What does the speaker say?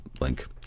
link